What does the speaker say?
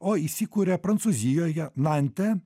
o įsikuria prancūzijoje nante